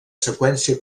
seqüència